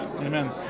Amen